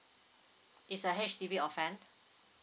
is a H_D_B offence